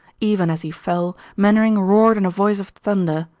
even as he fell, mainwaring roared in a voice of thunder,